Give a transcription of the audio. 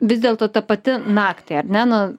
vis dėlto ta pati naktį ar ne na